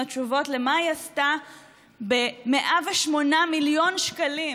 תשובות מה היא עשתה ב-108 מיליון שקלים